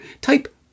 Type